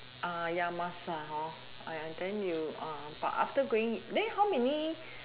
ya must but then you but after going then how many